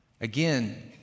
Again